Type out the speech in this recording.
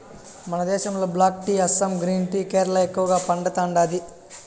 మన దేశంలో black tea Assam green tea Kerala ఎక్కువగా పండతాండాది